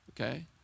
okay